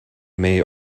may